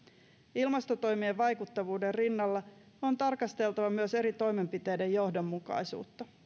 ilmastotoimien vaikuttavuuden rinnalla on tarkasteltava myös eri toimenpiteiden johdonmukaisuutta